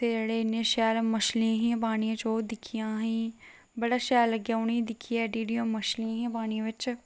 उत्थै जेहड़े इन्नी शैल मछलियां हियां पानी च ओह् दिक्खियां बड़ा शैल लग्गेआ उ'नें गी दिक्खियै मछली हियां पानी बिच